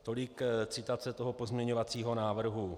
Tolik citace pozměňovacího návrhu.